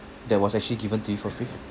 that was actually given to you for free